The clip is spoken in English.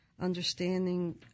understanding